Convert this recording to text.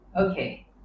Okay